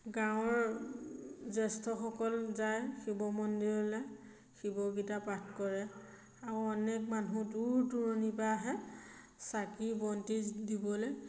গাঁৱৰ জ্যেষ্ঠসকল যায় শিৱ মন্দিৰলৈ শিৱ গীতা পাঠ কৰে আৰু অনেক মানুহ দূৰ দূৰণিৰপৰা আহে চাকি বন্তি দিবলৈ